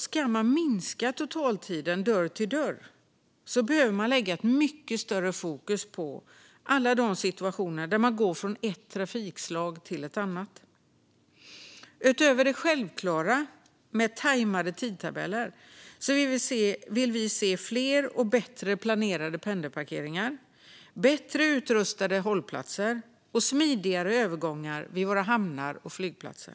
Ska man minska totaltiden från dörr till dörr behöver alltså större fokus läggas på alla situationer där man går från ett trafikslag till ett annat. Utöver det självklara med tajmade tidtabeller vill vi liberaler se fler och bättre planerade pendelparkeringar, bättre utrustade hållplatser och smidigare övergångar vid hamnar och flygplatser.